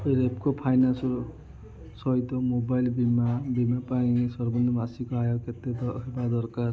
ରେପ୍କୋ ଫାଇନାନ୍ସର ସହିତ ମୋବାଇଲ୍ ବୀମା ବୀମା ପାଇଁ ସର୍ବନିମ୍ନ ମାସିକ ଆୟ କେତେ ହେବା ଦରକାର